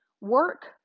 work